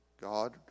God